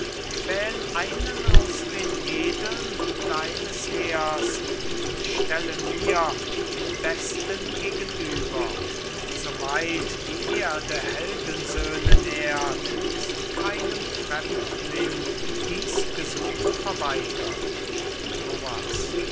wähl einen aus den edeln deines heers und stelle mir den besten gegenüber so weit die erde heldensöhne nährt ist keinem fremdling dies gesuch verweigert